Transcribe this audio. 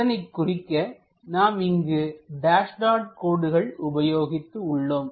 அதனைக் குறிக்க நாம் இங்கு டேஸ் டாட் கோடுகள் உபயோகித்து உள்ளோம்